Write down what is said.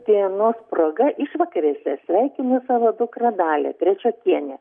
dienos proga išvakarėse sveikinu savo dukrą dalią trečiokienę